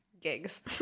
gigs